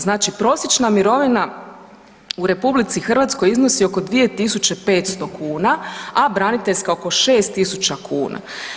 Znači prosječna mirovina u RH iznosi oko 2.500 kuna, a braniteljska oko 6.000 kuna.